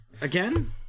again